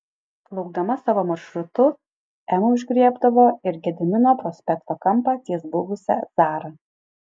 plaukdama savo maršrutu ema užgriebdavo ir gedimino prospekto kampą ties buvusia zara